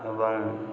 ଏବଂ